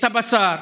את הבשר,